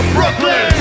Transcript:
Brooklyn